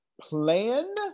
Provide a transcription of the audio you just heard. plan